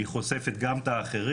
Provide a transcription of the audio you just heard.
היא חושפת גם את האחרים,